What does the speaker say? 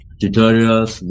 tutorials